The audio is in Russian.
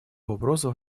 вопросов